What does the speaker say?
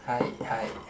hi hi